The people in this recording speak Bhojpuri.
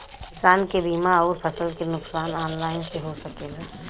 किसान के बीमा अउर फसल के नुकसान ऑनलाइन से हो सकेला?